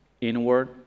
inward